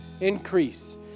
Increase